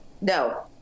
No